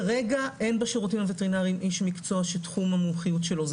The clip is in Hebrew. כרגע אין בשירותים הווטרינריים איש מקצוע שתחום המומחיות שלו זה